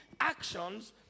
actions